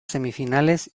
semifinales